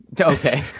Okay